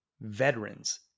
veterans